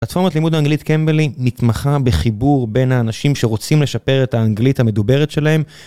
פלטפורמת לימוד האנגלית קמבלי נתמכה בחיבור בין האנשים שרוצים לשפר את האנגלית המדוברת שלהם.